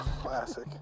classic